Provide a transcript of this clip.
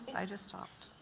i just talked